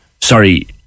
Sorry